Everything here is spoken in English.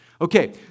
Okay